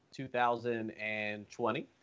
2020